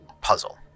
puzzle